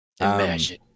Imagine